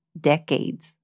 decades